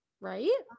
right